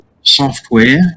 software